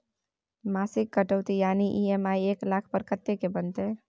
मासिक कटौती यानी ई.एम.आई एक लाख पर कत्ते के बनते?